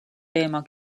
teema